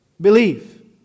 Believe